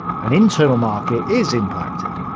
an internal market is impacted,